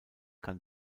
kann